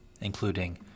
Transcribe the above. including